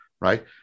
right